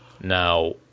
Now